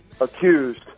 Accused